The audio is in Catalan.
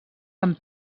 amb